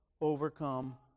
overcome